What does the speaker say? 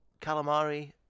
Calamari